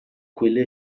quelle